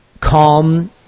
calm